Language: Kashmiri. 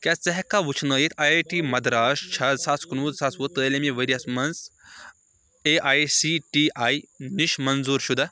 کیٛاہ ژٕ ہیٚکھا وٕچھنٲیِتھ آی آی ٹی مدراس چھا زٕ ساس کُنوُہ زٕ ساس وُہ تعلیٖمی ؤرۍ یَس مَنٛز A I C T E نِش منظوٗر شُدہ؟